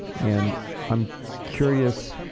and i'm curious,